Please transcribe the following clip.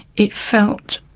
it felt,